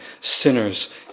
sinners